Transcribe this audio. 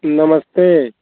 नमस्ते